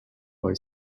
boy